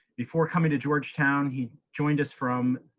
before coming to georgetown, he joined us from